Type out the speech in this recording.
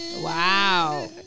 Wow